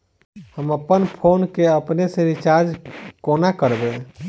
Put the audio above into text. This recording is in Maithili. हम अप्पन फोन केँ अपने सँ रिचार्ज कोना करबै?